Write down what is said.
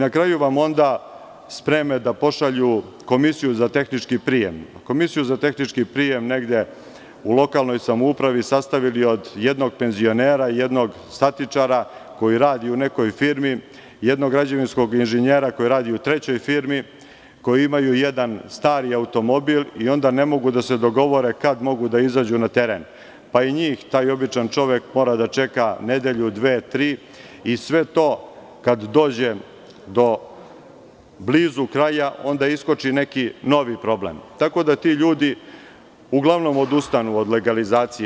Na kraju vam onda spreme da pošalju komisiju za tehnički prijem, koju su negde u lokalnoj samoupravi sastavili od jednog penzionera i jednog statičara koji radi u jednoj firmi, jednog građevinskog inženjera koji radi u trećoj firmi, koji imaju jedan stari automobil i onda ne mogu da se dogovore kada mogu da izađu na teren, pa i njih taj običan čovek mora da čeka nedelju, dve, tri i sve to kada dođe do blizu kraja onda iskoči neki novi problem, tako da ti ljudi uglavnom odustanu od legalizacije.